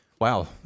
Wow